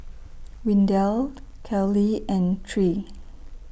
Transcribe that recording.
Windell Kellee and Tre